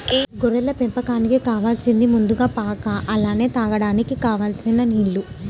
గొర్రెల పెంపకానికి కావాలసింది ముందుగా పాక అలానే తాగడానికి కావలసినన్ని నీల్లు